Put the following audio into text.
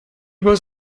was